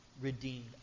redeemed